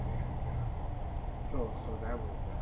and so so that was